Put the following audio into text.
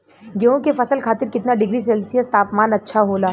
गेहूँ के फसल खातीर कितना डिग्री सेल्सीयस तापमान अच्छा होला?